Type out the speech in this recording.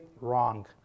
wrong